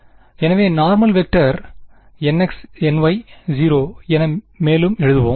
எனவே normal vector nxny0 என மேலும் எழுதுவோம்